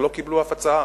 לא קיבלו אף הצעה.